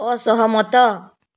ଅସହମତ